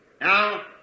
Now